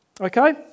Okay